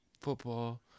football